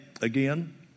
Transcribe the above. again